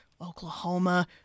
Oklahoma